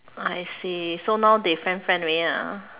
I see so now they friend friend already ah